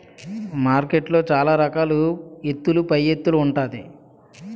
మార్కెట్లో సాన రకాల ఎత్తుల పైఎత్తులు ఉంటాది